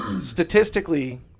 Statistically